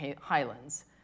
Highlands